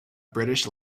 british